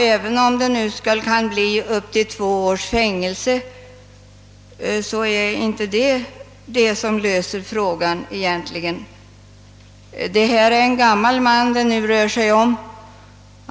Även om det nu kan bli upp till två års fängelse, anser jag inte att detta löser problemet som sådant. Det rör sig här om en till åren kommen man.